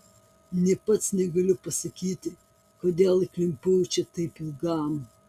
nė pats negaliu pasakyti kodėl įklimpau čia taip ilgam